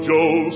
Joe